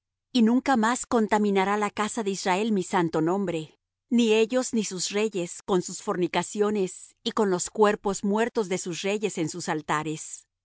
y nunca más contaminará la casa de israel mi santo nombre ni ellos ni sus reyes con sus fornicaciones y con los cuerpos muertos de sus reyes en sus altares y